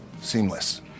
seamless